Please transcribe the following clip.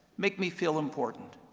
make me feel important.